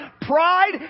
pride